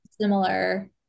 similar